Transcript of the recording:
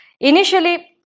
Initially